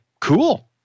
cool